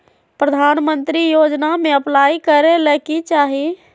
प्रधानमंत्री योजना में अप्लाई करें ले की चाही?